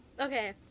Okay